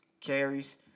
carries